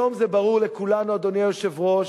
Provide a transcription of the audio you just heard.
היום זה ברור לכולנו, אדוני היושב-ראש,